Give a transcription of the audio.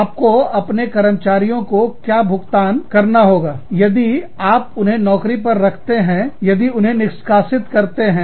आपको अपने कर्मचारियों को क्या भुगतान करना होगा यदि आप उन्हें नौकरी पर रखते हैं यदि उन्हें निष्कासित करते हैं